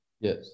Yes